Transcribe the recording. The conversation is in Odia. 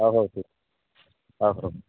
ହଉ ହଉ ଠିକ୍ ହଉ ହଉ